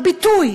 הביטוי